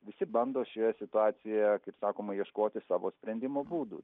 visi bando šioje situacijoje kaip sakoma ieškoti savo sprendimo būdų